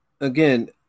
again